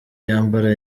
yambara